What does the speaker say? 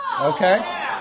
okay